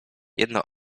jedno